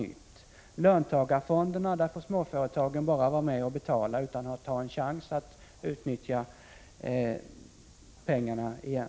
Till löntagarfonderna får småföretagen bara vara med och betala utan att ha en chans att utnyttja pengarna igen.